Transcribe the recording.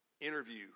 interview